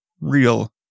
real